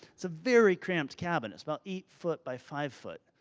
it's a very cramped cabin. it's about eight foot by five foot,